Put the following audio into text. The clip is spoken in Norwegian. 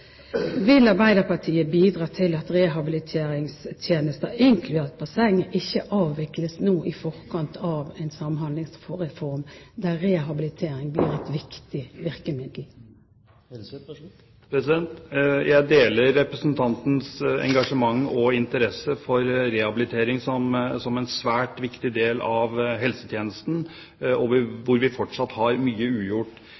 Vil Arbeiderpartiet bidra til at rehabiliteringstjenester, inkludert basseng, ikke avvikles nå i forkant av en samhandlingsreform der rehabilitering blir et viktig virkemiddel? Jeg deler representantens engasjement og interesse for rehabilitering som en svært viktig del av helsetjenesten,